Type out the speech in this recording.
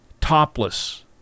topless